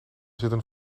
zitten